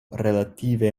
relative